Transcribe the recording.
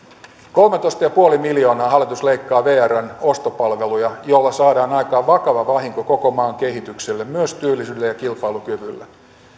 kolmetoista pilkku viisi miljoonaa vrn ostopalveluja millä saadaan aikaan vakava vahinko koko maan kehitykselle myös työllisyydelle ja kilpailukyvylle